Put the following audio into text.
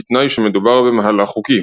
בתנאי שמדובר במהלך חוקי.